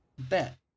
bet